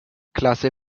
klasse